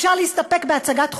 אפשר להסתפק בהצגת חוגר.